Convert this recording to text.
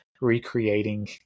recreating